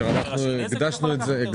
זה יכול לקחת זמן.